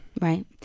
Right